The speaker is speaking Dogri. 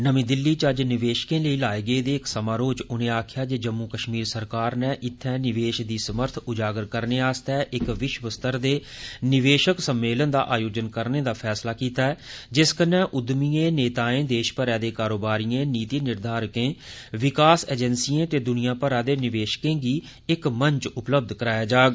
नमीं दिल्ली च अज्ज निवेशकें लेई लाए गेदे समारोह च उनें आक्खेआ जे जम्मू कश्मीर सरकार नै इयै निवेश दी समर्थ उजागर करने लेई इक विश्वस्तर दे निवेशक सम्मेलन दा आयोजन करने दा फैसला लैता ऐ जिस कन्नै उद्यमिएं नेताएं देश भरै दे कारोबारिए नीति निर्घाटकें विकास एजेंसिए ते दुनिया भरै दे निवेशकें गी इक यंत्र उपलब्ध कराया जाग